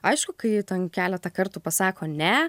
aišku kai ten keletą kartų pasako ne